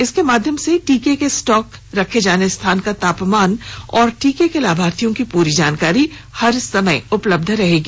इसके माध्यम से टीके के स्टॉक रखे जाने स्थान का तापमान और टीके के लाभार्थियों की पूरी जानकारी हर समय उपलब्ध् रहेगी